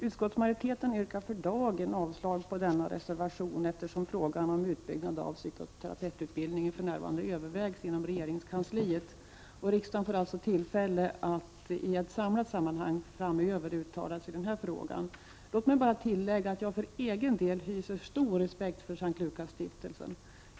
Utskottsmajoriteten yrkar för dagen avslag på denna reservation, eftersom frågan om utbyggnad av psykoterapeututbildningen för närvarande övervägs inom regeringskansliet. Riksdagen får alltså tillfälle att i ett samlat sammanhang framöver uttala sig i frågan. Låt mig bara tillägga, att jag för egen del hyser stor respekt för S:t Lukasstiftelsen.